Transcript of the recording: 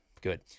good